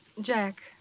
Jack